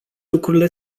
lucrurile